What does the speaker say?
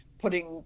putting